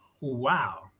Wow